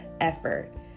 effort